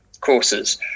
courses